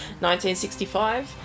1965